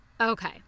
Okay